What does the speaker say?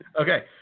Okay